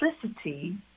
simplicity